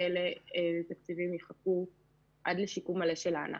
ואיזה תקציבים יחכו עד לשיקום מלא של הענף.